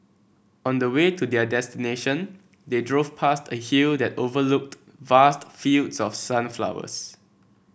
on the way to their destination they drove past a hill that overlooked vast fields of sunflowers